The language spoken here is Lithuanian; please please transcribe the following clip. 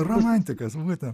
romantikas va būtent